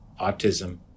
autism